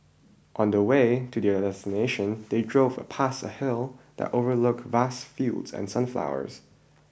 on the way to their destination they drove past a hill that overlook vast fields and sunflowers